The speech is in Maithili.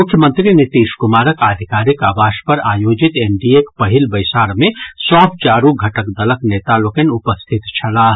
मुख्यमंत्री नीतीश कुमारक आधिकारिक आवास पर आयोजित एनडीएक पहिल बैसार मे सभ चारू घटक दलक नेता लोकनि उपस्थित छलाह